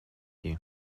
you